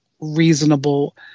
reasonable